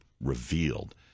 revealed